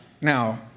now